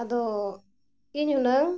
ᱟᱫᱚ ᱤᱧ ᱦᱩᱱᱟᱹᱝ